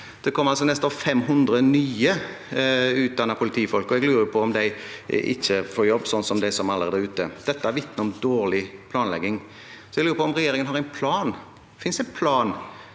Det kommer altså neste år 500 nyutdannede politifolk, og jeg lurer på om de får jobb, noe de som allerede er ute, sliter med. Dette vitner om dårlig planlegging. Jeg lurer på om regjeringen har en plan. Finnes det en plan?